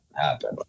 happen